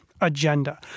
agenda